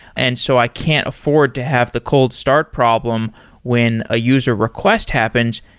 and so i can't afford to have the cold start problem when a user request happens.